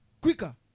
Quicker